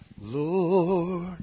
Lord